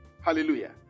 Hallelujah